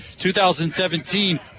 2017